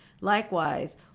Likewise